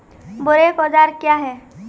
बोरेक औजार क्या हैं?